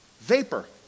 vapor